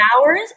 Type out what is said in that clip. hours